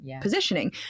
positioning